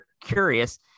curious